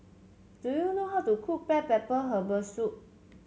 do you know how to cook black Herbal Soup